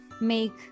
make